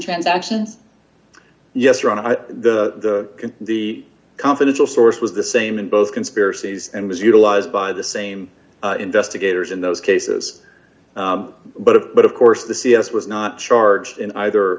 transactions yes ron i the the confidential source was the same in both conspiracies and was utilized by the same investigators in those cases but it but of course the c s was not charged in either